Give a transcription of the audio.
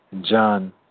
John